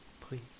please